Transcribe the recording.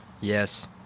Yes